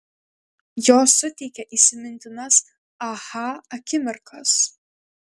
jos suteikia įsimintinas aha akimirkas